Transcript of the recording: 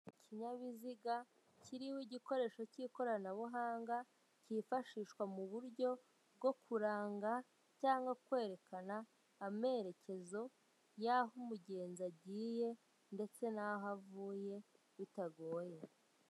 Ikinyabiziga kiriho igikoresho cy'ikoranabuhanga, cyifashishwa mu buryo bwo kuranga cyangwa kwerekana amerekezo y'aho umugenzi agiye ndetse naho avuye bitagoye.